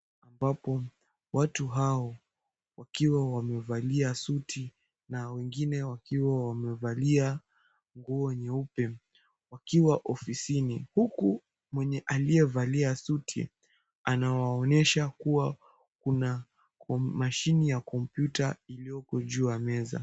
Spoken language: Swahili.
Ambapo watu hao wakiwa wamevalia suti na wengine wakiwa wamevalia nguo nyeupe wakiwa ofisini huku mwenye aliyevalia suti anawaonyesha kuwa kuna mashini ya kompyuta iliyoko juu ya meza.